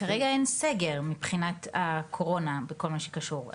כרגע אין סגר מבחינת הקורונה וכל מה שקשור.